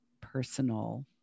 personal